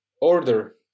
Order